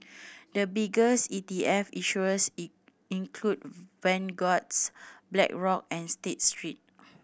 the biggest E T F issuers in include Vanguards Blackrock and State Street